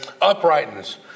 Uprightness